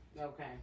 Okay